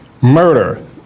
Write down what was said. murder